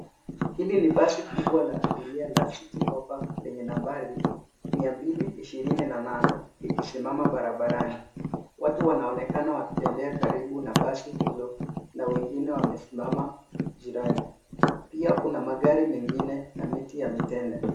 Hili ni basi kubwa la abiria la City hoppa lenye nambari 228 likisimama barabarani. Watu wanaonekana wakitembea karibu na basi hilo na wengine wamesimama jirani. Pia kuna magari mengine na miti ya mitende.